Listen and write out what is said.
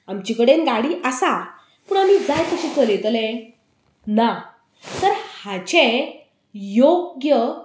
आमचे कडेन गाडी आसा पूण आमी जाय तशी चलयतले ना तर हाचें योग्य